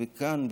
וכאן,